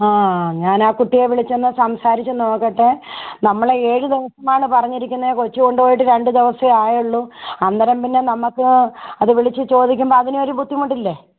ആ ഞാൻ ആ കുട്ടിയെ വിളിച്ചൊന്ന് സംസാരിച്ച് നോക്കട്ടെ നമ്മൾ ഏഴ് ദിവസമാണ് പറഞ്ഞിരിക്കുന്നത് കൊച്ച് കൊണ്ട് പോയിട്ട് രണ്ടു ദിവസമേ ആയുള്ളൂ അന്നേരം പിന്നെ നമുക്ക് അത് വിളിച്ച് ചോദിക്കുമ്പം അതിനൊരു ബുദ്ധിമുട്ടില്ലേ